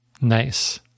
nice